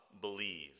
believe